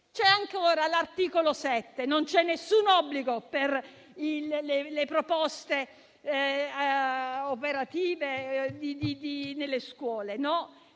Quanto all'articolo 7, non c'è alcun obbligo per le proposte operative nelle scuole,